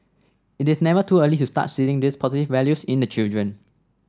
it is never too early to start seeding these positive values in the children